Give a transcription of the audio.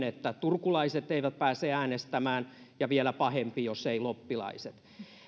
että turkulaiset eivät pääse äänestämään ja vielä pahempi jos eivät loppilaiset